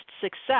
success